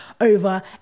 over